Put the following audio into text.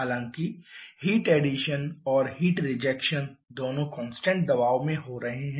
हालांकि heat addition और heat rejection दोनों कांस्टेंट दबाव में हो रहे हैं